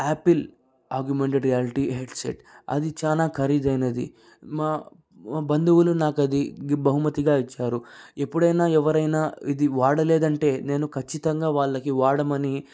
apple augmented reality headset అది చాలా ఖరీదైనది మా బంధువులు నాకు అది బహుమతిగా ఇచ్చారు ఎప్పుడైనా ఎవరైనా ఇది వాడలేదంటే నేను ఖచ్చితంగా వాళ్ళకి వాడమని